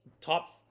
top